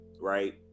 right